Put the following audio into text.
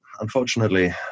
unfortunately